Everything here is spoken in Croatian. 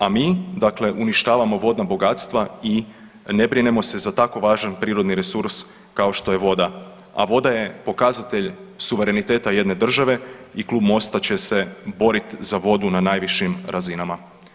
A mi dakle uništavamo vodna bogatstva i ne brinemo se za tako važan prirodni resurs kao što je voda, a voda je pokazatelj suvereniteta jedne države i Klub MOST-a će se borit za vodu na najvišim razinama.